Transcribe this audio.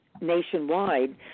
nationwide